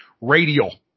radial